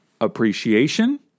Appreciation